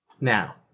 Now